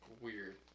weird